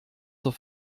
zur